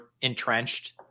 entrenched